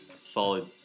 solid